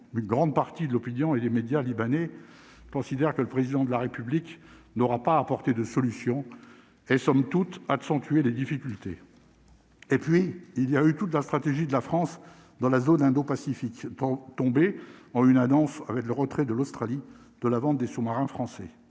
une grande partie de l'opinion et les médias libanais, considère que le président de la République n'aura pas apporté de solution est, somme toute, accentué les difficultés. Et puis il y a eu toute la stratégie de la France dans la zone indo-Pacifique tomber en une annonce avec le retrait de l'Australie, de la vente des sous-marins français